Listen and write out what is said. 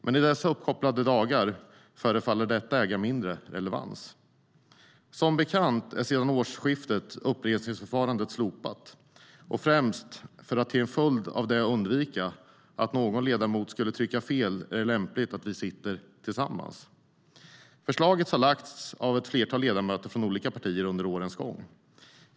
Men i dessa uppkopplade dagar förefaller detta äga mindre relevans. Förslaget har lagts fram av ett flertal ledamöter från olika partier under årens gång.